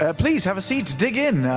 ah please have a seat, dig in.